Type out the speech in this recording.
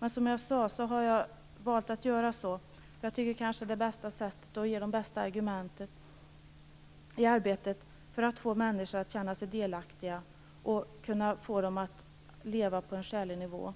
Men som jag sade har jag valt att göra så därför att jag tycker att det är det bästa sättet och det som ger de bästa argumenten i arbetet för att få människor att känna sig delaktiga och få möjlighet att leva på en skälig nivå.